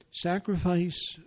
Sacrifice